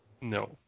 No